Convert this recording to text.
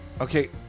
okay